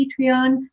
Patreon